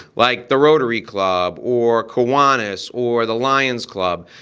like the rotary club or kiwanis or the lions club.